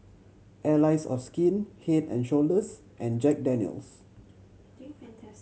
Allies of Skin Head and Shoulders and Jack Daniel's